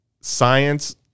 science